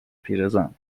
پیرزن